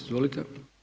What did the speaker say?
Izvolite.